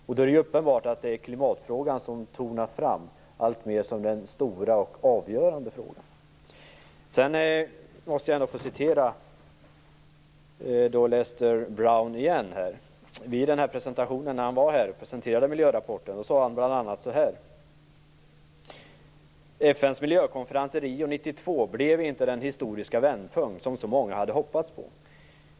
Det är uppenbart att klimatfrågan alltmer tornar fram som den stora och avgörande frågan. Jag måste återigen få hänvisa till Lester Brown. När han var här och presenterade miljörapporten sade han bl.a. så här: FN:s miljökonferens i Rio 1992 blev inte den historiska vändpunkt som så många hade hoppats på.